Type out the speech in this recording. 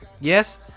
Yes